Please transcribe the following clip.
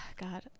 God